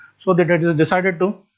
so, they decided to